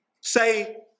say